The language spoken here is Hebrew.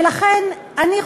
ולכן אני חושבת,